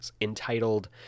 entitled